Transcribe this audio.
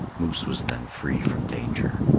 moose was then free from danger.